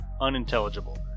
unintelligible